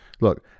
look